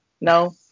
no